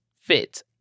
fit